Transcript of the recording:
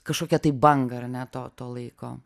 kažkokią tai bangą ar ne to to laiko